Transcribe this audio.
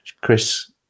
Chris